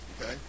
okay